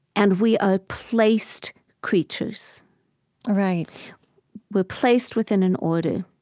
and we are placed creatures right we're placed within an order.